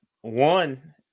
one